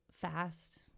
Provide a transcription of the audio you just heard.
fast